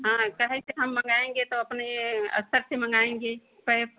हाँ काहे कि हम मँगाएँगे तो अपने अस्तर से मँगाएँगे पैप